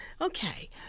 Okay